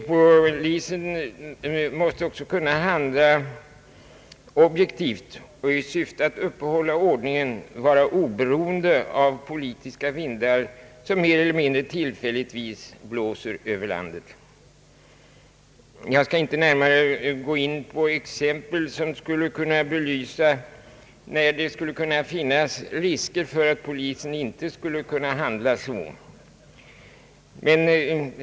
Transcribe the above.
Polisen måste också kunna handla objektivt, och i syfte att uppehålla ordningen vara oberoende av politiska vindar som mer eller mindre tillfälligt blåser över landet. Jag skall inte närmare gå in på exempel för att belysa när det kan finnas risk för att polisen inte skulle kunna handla objektivt.